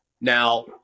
Now